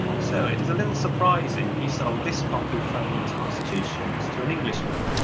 so it is a little surprising he sold this copy of franklin's constitutions to an englishman,